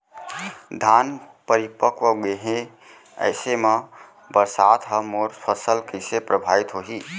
धान परिपक्व गेहे ऐसे म बरसात ह मोर फसल कइसे प्रभावित होही?